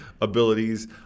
abilities